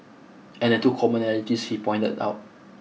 and the two commonalities he pointed out